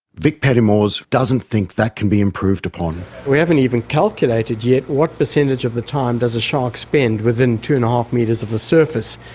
vic peddemors doesn't think that can be improved upon. we haven't even calculated yet what percentage of the time does a shark spend within two. and five meters of the surface,